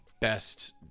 best